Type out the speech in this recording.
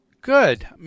Good